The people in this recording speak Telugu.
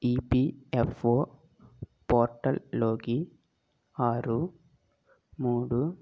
ఈపిఎఫ్ఓ పోర్టల్లోకి ఆరు మూడు